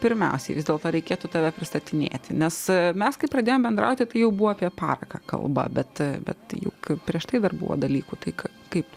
pirmiausiai vis dėlto reikėtų tave pristatinėti nes mes kai pradėjome bendrauti tai jau buvo apie paraką kalba bet bet juk prieš tai dar buvo dalykų tai k kaip